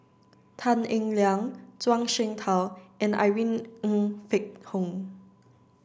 Tan Eng Liang Zhuang Shengtao and Irene Ng Phek Hoong